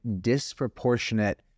disproportionate